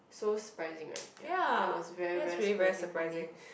so surprising right ya that was very very surprising for me